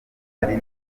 ari